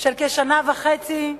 של כשנה וחצי,